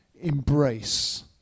embrace